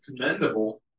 commendable